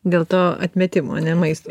dėl to atmetimo ane maisto